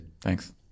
Thanks